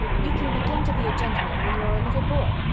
you can begin to be a gentleman when you are a little boy.